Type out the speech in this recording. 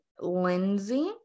Lindsay